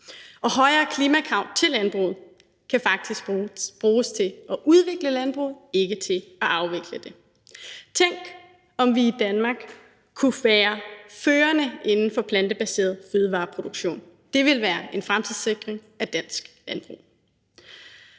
Og højere klimakrav til landbruget kan faktisk bruges til at udvikle landbruget, ikke til at afvikle det. Tænk, om vi i Danmark kunne være førende inden for plantebaseret fødevareproduktion. Det ville være en fremtidssikring af dansk landbrug.